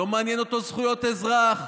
לא מעניינות אותו זכויות אזרח,